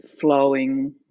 flowing